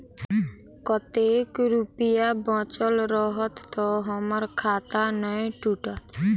कतेक रुपया बचल रहत तऽ हम्मर खाता नै टूटत?